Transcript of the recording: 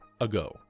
ago